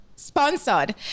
sponsored